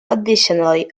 additionally